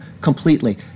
completely